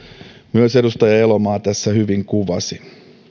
myös edustaja elomaa tässä hyvin kuvasi